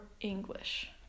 English